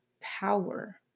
power